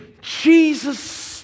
Jesus